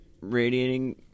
radiating